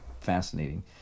fascinating